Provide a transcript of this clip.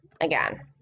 again